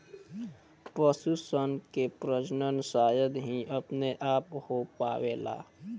पशु सन के प्रजनन शायद ही अपने आप हो पावेला